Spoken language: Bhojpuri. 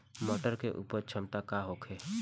मटर के उपज क्षमता का होखे?